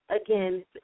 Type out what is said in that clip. again